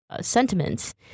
sentiments